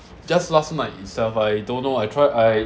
just last night itself I don't know I tried I